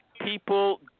People